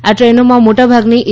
આ ટ્રેનોમાં મોટાભાગની એ